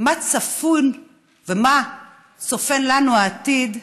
מה צפון, מה צופן לנו העתיד,